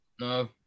No